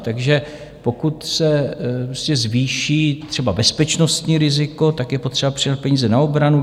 Takže pokud se prostě zvýší třeba bezpečnostní riziko, je potřeba přidat peníze na obranu.